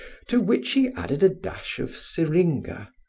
to which he added a dash of syringa,